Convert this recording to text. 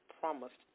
promised